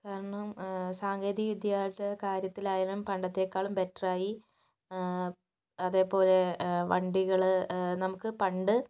കാരണം സാങ്കേതികവിദ്യയുടെ കാര്യത്തിൽ ആയാലും പണ്ടത്തെക്കാളും ബെറ്ററായി അതേപോലെ വണ്ടികള് നമുക്ക് പണ്ട്